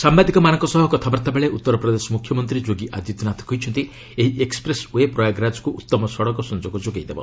ସାମ୍ଘାଦିକମାନଙ୍କ ସହ କଥାବାର୍ତ୍ତା ବେଳେ ଉତ୍ତରପ୍ରଦେଶ ମୁଖ୍ୟମନ୍ତ୍ରୀ ଯୋଗୀ ଆଦିତ୍ୟନାଥ କହିଛନ୍ତି ଏହି ଏକ୍କପ୍ରେସ୍ ଓ୍ବେ ପ୍ରୟାଗରାଜକୁ ଉତ୍ତମ ସଡ଼କ ସଂଯୋଗ ଯୋଗାଇ ଦେବ